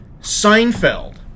Seinfeld